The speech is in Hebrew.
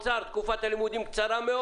ושתקופת הלימודים של שר האוצר קצרה מאוד?